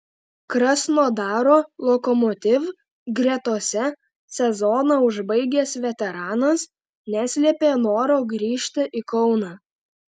krasnodaro lokomotiv gretose sezoną užbaigęs veteranas neslėpė noro grįžti į kauną